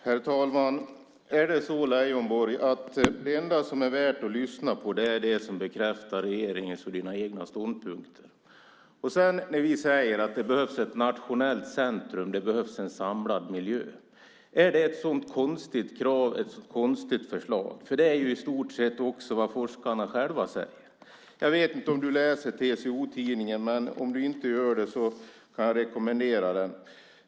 Herr talman! Är det så, Leijonborg, att det enda som är värt att lyssna på är det som bekräftar regeringens och dina egna ståndpunkter? När vi säger att det behövs ett nationellt centrum, en samlad miljö - är det ett så konstigt krav, ett så konstigt förslag? Det är i stort sett också vad forskarna själva säger. Jag vet inte om du läser TCO-tidningen, men om du inte gör det kan jag rekommendera den.